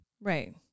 right